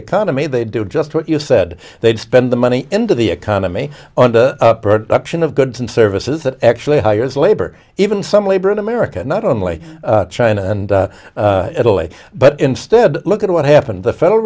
economy they do just what you said they'd spend the money into the economy or the production of goods and services that actually hires labor even some labor in america not only china and italy but instead look at what happened the federal